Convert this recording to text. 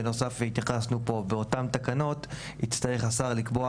בנוסף התייחסנו פה באותן תקנות יצטרך השר לקבוע